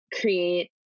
create